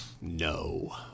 no